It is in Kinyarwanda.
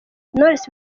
knowless